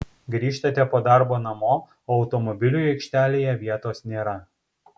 grįžtate po darbo namo o automobiliui aikštelėje vietos nėra